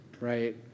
right